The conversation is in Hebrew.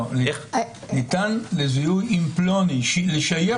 ניתן לזיהוי עם פלוני, לשייך אותו.